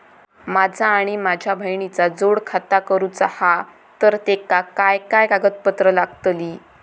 माझा आणि माझ्या बहिणीचा जोड खाता करूचा हा तर तेका काय काय कागदपत्र लागतली?